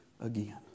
again